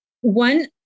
one